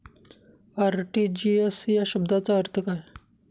RTGS या शब्दाचा अर्थ काय?